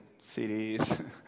CDs